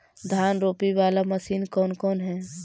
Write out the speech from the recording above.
धान रोपी बाला मशिन कौन कौन है?